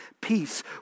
peace